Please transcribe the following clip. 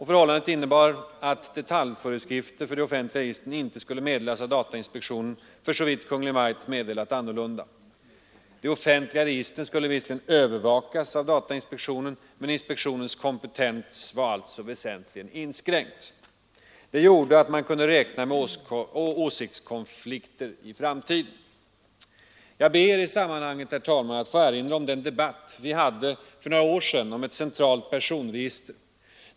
Förhållandet innebar att detaljföreskrifter för de offentliga registren inte skulle meddelas av datainspektionen, för så vitt Kungl. Maj:t meddelat annorlunda. De offentliga registren skulle visserligen övervakas av datainspektionen, men inspektionens kompetens var alltså väsentligt inskränkt. Det gjorde att man kunde räkna med åsiktskonflikter i framtiden. Jag ber i sammanhanget, herr talman, att få erinra om den debatt som vi hade för några år sedan om ett centralt personregister.